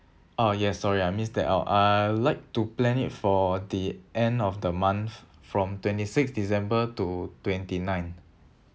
oh yes sorry I missed that I like to plan it for the end of the month from twenty six december to twenty nine